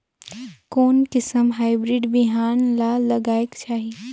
कोन किसम हाईब्रिड बिहान ला लगायेक चाही?